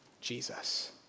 Jesus